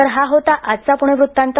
तर हा होता आजचा पुणे वृत्तांत